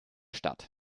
stadt